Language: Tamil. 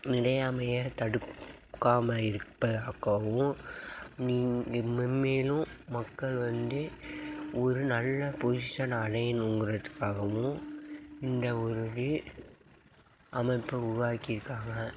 நிலையாமையை தடுக்காமல் இருப்பதற்காகவும் மென்மேலும் மக்கள் வந்து ஒரு நல்ல பொசிஷன் அடையணுங்கிறதுக்காகவும் இந்த ஒரு அமைப்பை உருவாக்கி இருக்காங்க